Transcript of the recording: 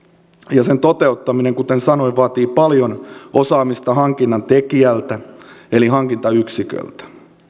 ja sen toteuttaminen kuten sanoin vaatii paljon osaamista hankinnan tekijältä eli hankintayksiköltä